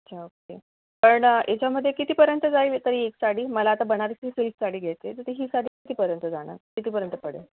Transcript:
अच्छा ओके पण याच्यामध्ये कितीपर्यंत जाईल तरी एक साडी मला आता बनारसी सिल्क साडी घ्यायची आहे तर ही साडी कितीपर्यंत जाणार कितीपर्यंत पडेल